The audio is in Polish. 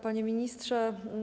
Panie Ministrze!